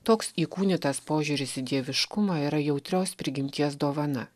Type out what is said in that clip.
toks įkūnytas požiūris į dieviškumą yra jautrios prigimties dovana